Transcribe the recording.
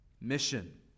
mission